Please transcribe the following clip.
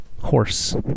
horse